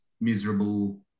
miserable